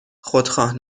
خودخواه